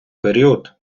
період